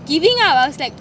giving up I was like